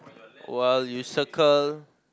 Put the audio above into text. while you circle